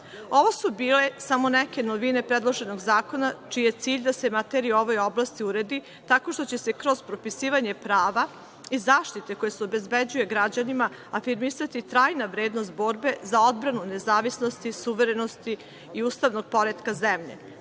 su bile samo neke novine predloženog zakona čiji je cilj da se materija u ovoj oblasti uredi tako što će se kroz propisivanje prava i zaštite koja se obezbeđuje građanima afirmisati trajna vrednost borbe za odbranu nezavisnosti, suverenosti i ustavnog poretka zemlje.